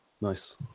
nice